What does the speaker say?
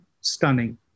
stunning